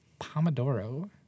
Pomodoro